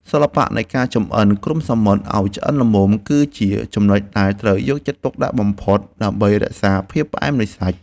សិល្បៈនៃការចម្អិនគ្រំសមុទ្រឱ្យឆ្អិនល្មមគឺជាចំណុចដែលត្រូវយកចិត្តទុកដាក់បំផុតដើម្បីរក្សាភាពផ្អែមនៃសាច់។